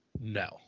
No